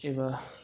एबा